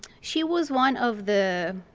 she was one of the